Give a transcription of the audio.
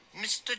Mr